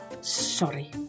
sorry